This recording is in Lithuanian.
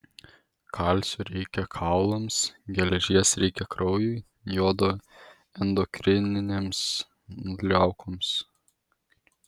kalcio reikia kaulams geležies reikia kraujui jodo endokrininėms liaukoms